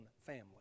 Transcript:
family